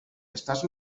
estàs